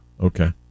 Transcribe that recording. okay